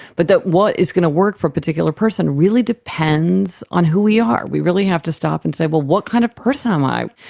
but that what is going to work for a particular person really depends on who we are. we really have to stop and say, well, what kind of person am i?